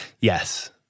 yes